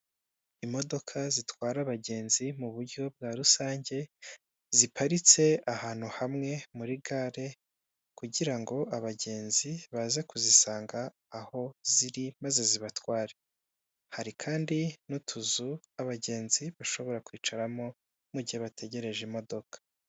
Imodoka zitwara abagenzi mu buryo bwa rusange ziparitse ahantu hamwe muri gare kugira ngo abagenzi baze kuzisanga aho ziri maze zibatware. Hari kandi n'utuzu abagenzi bashobora kwicaramo mu gihe bategereje imodoka.